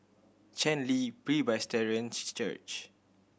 Chen Li Presbyterian Church